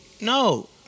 No